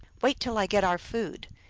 wait till i get our food.